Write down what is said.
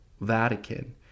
vatican